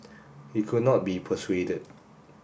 he could not be persuaded